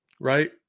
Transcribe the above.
right